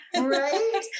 Right